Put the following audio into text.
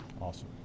Awesome